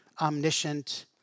omniscient